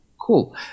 Cool